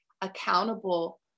accountable